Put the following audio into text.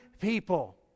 people